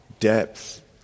depth